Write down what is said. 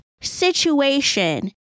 situation